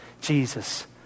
Jesus